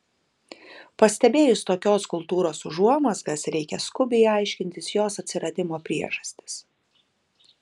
pastebėjus tokios kultūros užuomazgas reikia skubiai aiškintis jos atsiradimo priežastis